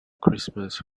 christmas